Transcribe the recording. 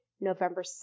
November